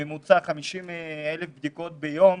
בממוצע 50,000 בדיקות ביום,